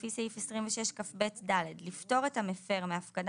לפי סעיף 26כב(ד) לפטור את המפר מהפקדת